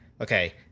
okay